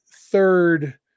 third